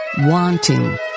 Wanting